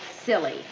silly